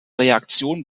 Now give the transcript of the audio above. reaktion